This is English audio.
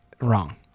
wrong